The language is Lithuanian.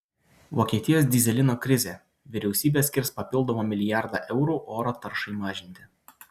vokietijos dyzelino krizė vyriausybė skirs papildomą milijardą eurų oro taršai mažinti